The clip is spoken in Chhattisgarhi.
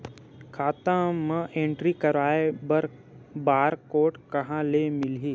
खाता म एंट्री कराय बर बार कोड कहां ले मिलही?